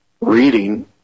reading